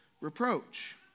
reproach